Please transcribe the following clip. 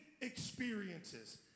experiences